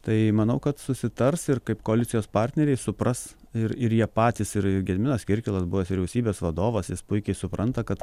tai manau kad susitars ir kaip koalicijos partneriai supras ir ir jie patys ir gediminas kirkilas buvęs vyriausybės vadovas jis puikiai supranta kad